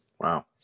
Wow